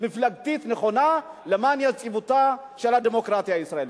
מפלגתית נכונה למען יציבותה של הדמוקרטיה הישראלית.